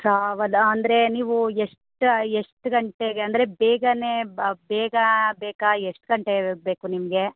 travel ಅಂದರೆ ನೀವು ಎಷ್ಟು ಎಷ್ಟು ಗಂಟೆಗೆ ಅಂದರೆ ಬೇಗನೇ ಬೇಗ ಬೇಕಾ ಎಷ್ಟು ಗಂಟೆ ಬೇಕು ನಿಮಗೆ